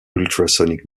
ultrasonic